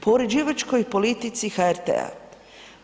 Po uređivačkoj politici HRT-a.